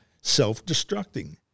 self-destructing